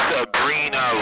Sabrina